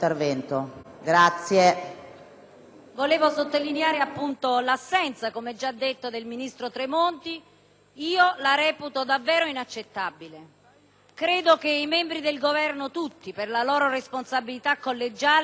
Volevo sottolineare l'assenza - come già detto - del ministro Tremonti; personalmente la reputo davvero inaccettabile. Credo che i membri del Governo tutti, per la loro responsabilità collegiale, dovrebbero sentire questo peso